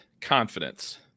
confidence